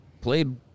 played